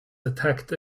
attacked